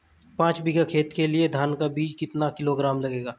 पाँच बीघा खेत के लिये धान का बीज कितना किलोग्राम लगेगा?